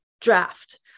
draft